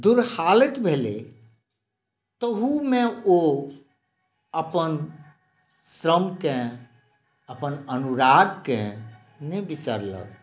दुरहालत भेलैया तहुँमे ओ अपन श्रमक अपन अनुरागकॅं नहीं बिसरलक